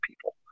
people